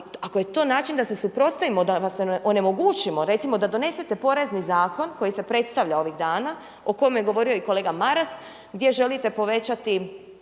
ako je to način da se suprotstavimo da vas onemogućimo. Recimo da donesete Porezni zakon koji se predstavlja ovih dana, o kojem je govorio i kolega Maras, gdje želite povećati